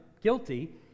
guilty